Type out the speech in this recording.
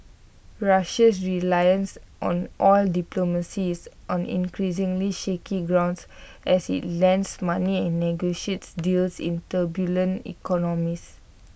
Russia's reliance on oil diplomacy is on increasingly shaky grounds as IT lends money and negotiates deals in turbulent economies